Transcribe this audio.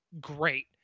great